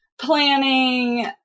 planning